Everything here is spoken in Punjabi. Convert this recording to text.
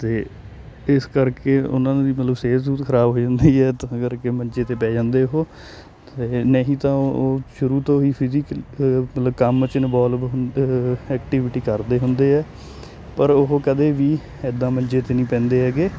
ਅਤੇ ਇਸ ਕਰਕੇ ਉਹਨਾਂ ਨੂੰ ਵੀ ਮਤਲਬ ਸਿਹਤ ਸੁਹਤ ਖ਼ਰਾਬ ਹੋ ਜਾਂਦੀ ਹੈ ਤਾਂ ਕਰਕੇ ਮੰਜੇ 'ਤੇ ਪੈ ਜਾਂਦੇ ਉਹ ਨਹੀਂ ਤਾਂ ਉਹ ਸ਼ੁਰੂ ਤੋਂ ਹੀ ਫਿਜੀਕਲ ਮਤਲਬ ਕੰਮ 'ਚ ਇਨਵੋਲਵ ਹੁੰਦੇ ਐਕਟੀਵਿਟੀ ਕਰਦੇ ਹੁੰਦੇ ਹੈ ਪਰ ਉਹ ਕਦੇ ਵੀ ਇੱਦਾਂ ਮੰਜੇ 'ਤੇ ਨਹੀਂ ਪੈਂਦੇ ਹੈਗੇ